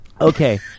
Okay